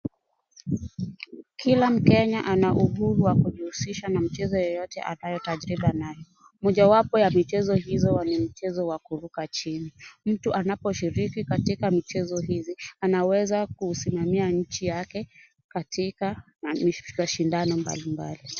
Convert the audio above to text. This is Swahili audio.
Kila mkenya ana uhuru wa kujihushisha na mchezo yeyote anayotajika nayo. Mojawapo ya michezo hizo ni mchezo wa kuruka chini. Mtu anaposhiriki katika mchezo hizi, anaweza kusimamamia inchi yake katika maish, mashindano mbalimbali.